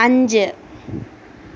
അഞ്ച്